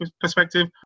perspective